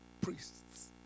priests